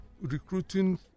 recruiting